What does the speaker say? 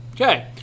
Okay